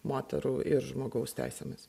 moterų ir žmogaus teisėmis